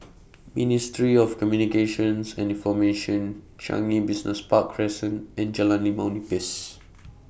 Ministry of Communications and Information Changi Business Park Crescent and Jalan Limau Nipis